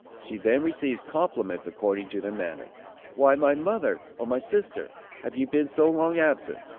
she then receives compliments according to their manner why, my mother, or my sister, have you been so long absent?